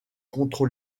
contre